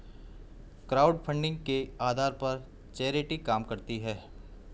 crowdfunding के आधार पर चैरिटी काम करती है